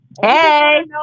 Hey